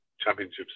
championships